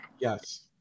yes